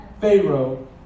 Pharaoh